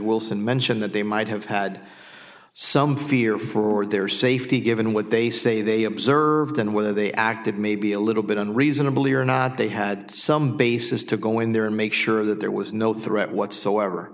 wilson mentioned that they might have had some fear for their safety given what they say they observed and whether they acted maybe a little bit unreasonably or not they had some basis to go in there and make sure that there was no threat whatsoever